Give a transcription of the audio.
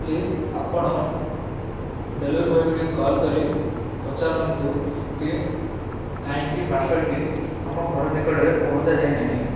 please ଆପଣ delivery ବଏକୁ ଟିକିଏ କଲ୍ କରି ପଚାରନ୍ତୁ କି କାହିଁକି ପାର୍ସଲ୍ଟି ଆମ ଘର ନିକଟରେ ପହଞ୍ଚା ଯାଇନାହିଁ